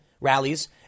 rallies